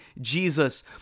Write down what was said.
Jesus